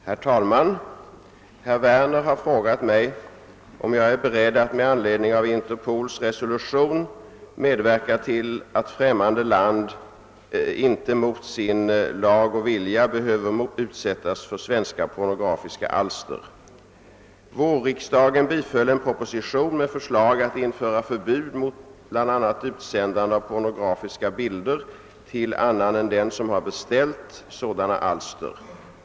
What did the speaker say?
Herr talman! Herr Werner har frågat mig, om jag är beredd att med anledning av Interpols resolution medverka till att främmande land inte mot sin lag och vilja behöver utsättas för svenska pornografiska alster. : Vårriksdagen biföll en proposition med förslag att införa förbud mot bl.a. utsändande av pornografiska bilder till annan än den som har beställt sådana alster.